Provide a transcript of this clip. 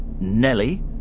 Nelly